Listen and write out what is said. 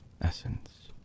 essence